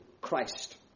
Christ